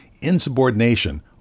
insubordination